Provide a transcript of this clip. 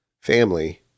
family